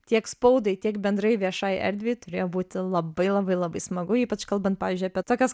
tiek spaudai tiek bendrai viešajai erdvei turėjo būti labai labai labai smagu ypač kalbant pavyzdžiui apie tokias